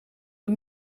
een